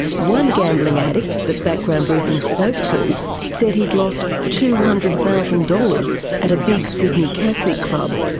one gambling addict that background briefing spoke to said he'd lost two hundred thousand dollars at a big sydney catholic club.